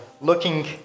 looking